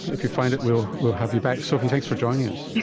if you find it, we'll we'll have you back. sophie, thanks for joining us.